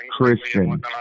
Christian